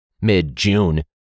mid-June